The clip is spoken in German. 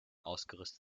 ausgerüstet